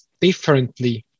differently